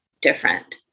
different